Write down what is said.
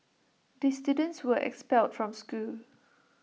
the students were expelled from school